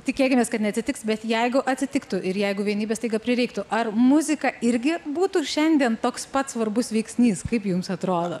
tikėkimės kad neatsitiks bet jeigu atsitiktų ir jeigu vienybės staiga prireiktų ar muzika irgi būtų ir šiandien toks pat svarbus veiksnys kaip jums atrodo